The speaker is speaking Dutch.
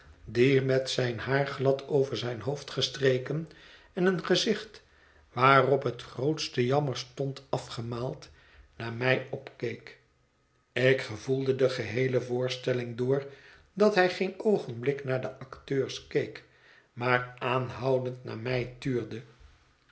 die met zijn haar glad over zijn hoofd gestreken en een gezicht waarop het grootste jammer stond afgemaaid naar mij opkeek ik gevoelde de geheele voorstelling door dat hij geen oogenblik naar de acteurs keek maar aanhoudend naar mij tuurde